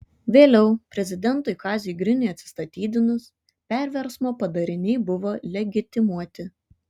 vėliau prezidentui kaziui griniui atsistatydinus perversmo padariniai buvo legitimuoti